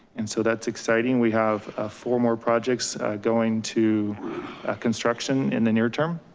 and so that's exciting. we have four more projects going to ah construction in the near term.